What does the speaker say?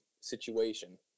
situation